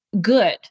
good